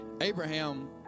Abraham